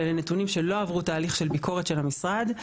שאלה נתונים שלא עברו תהליך של ביקורת של המשרד.